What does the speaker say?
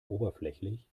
oberflächlich